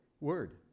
word